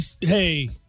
Hey